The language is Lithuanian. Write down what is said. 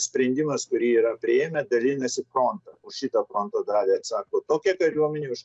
sprendimas kurį yra priėmę dalinasi frontą už šitą fondo dalį atsako tokia kariuomenė už